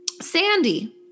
Sandy